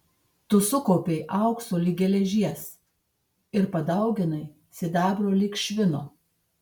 tu sukaupei aukso lyg geležies ir padauginai sidabro lyg švino